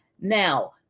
Now